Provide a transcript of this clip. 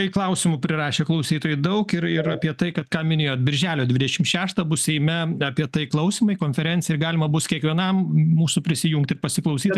kai klausimų prirašė klausytojų daug ir ir apie tai ką minėjot birželio dvidešimt šeštą bus seime apie tai klausymai konferencija ir galima bus kiekvienam mūsų prisijungt ir pasiklausyt